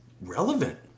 relevant